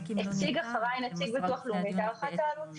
הציג אחריי נציג הביטוח הלאומי את הערכת העלות שלו.